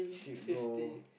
fifty